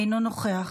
אינו נוכח,